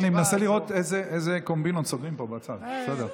אני מנסה לראות איזה קומבינות סוגרים פה בצד.